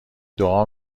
دعا